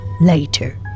Later